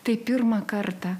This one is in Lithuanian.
tai pirmą kartą